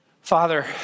Father